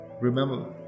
Remember